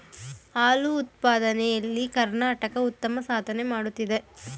ಹಾಲು ಉತ್ಪಾದನೆ ಎಲ್ಲಿ ಕರ್ನಾಟಕ ಉತ್ತಮ ಸಾಧನೆ ಮಾಡುತ್ತಿದೆ